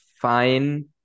fine